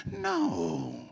No